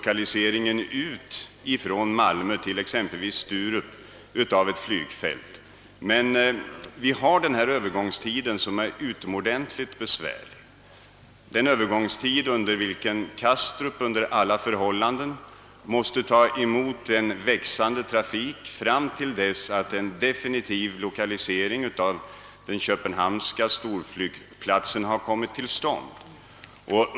Kastrup måste under alla förhållanden ta emot en växande trafik till dess att en definitiv lokalisering av den köpenhamnska storflygplatsen har kommit till stånd.